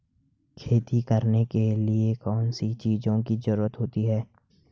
खेती करने के लिए कौनसी चीज़ों की ज़रूरत होती हैं?